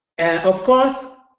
of course,